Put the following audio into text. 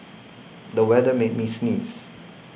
the weather made me sneeze